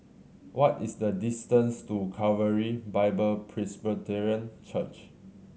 what is the distance to Calvary Bible Presbyterian Church